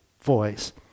voice